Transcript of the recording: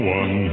one